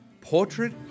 Portrait